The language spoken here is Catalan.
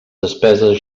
despeses